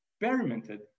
experimented